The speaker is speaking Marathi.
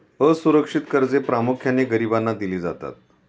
असुरक्षित कर्जे प्रामुख्याने गरिबांना दिली जातात